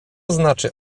znaczy